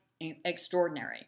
extraordinary